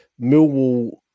Millwall